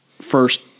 first